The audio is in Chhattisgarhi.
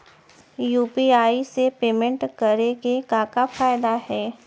यू.पी.आई से पेमेंट करे के का का फायदा हे?